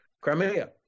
Crimea